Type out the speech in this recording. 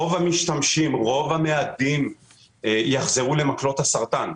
רוב המשתמשים, רוב המאדים, יחזרו למקלות הסרטן.